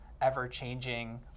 ever-changing